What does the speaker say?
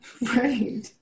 Right